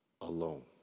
alone